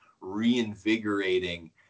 reinvigorating